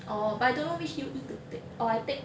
orh but I don't know which U_E to take or I take